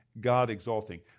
God-exalting